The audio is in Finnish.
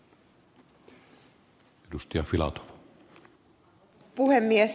arvoisa puhemies